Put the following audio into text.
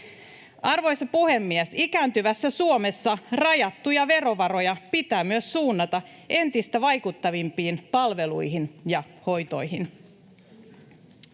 Arvoisa puhemies! Ikääntyvässä Suomessa rajattuja verovaroja pitää myös suunnata entistä vaikuttavimpiin palveluihin ja hoitoihin.